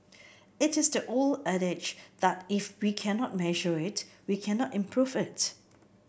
it is the old adage that if we cannot measure it we cannot improve it